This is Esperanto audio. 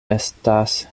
estas